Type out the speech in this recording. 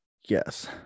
Yes